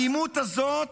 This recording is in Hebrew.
האלימות הזאת